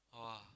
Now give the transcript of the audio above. !wah!